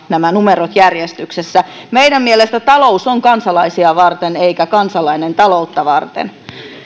nämä numerot järjestyksessä meidän mielestämme talous on kansalaisia varten eikä kansalainen taloutta varten